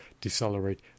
decelerate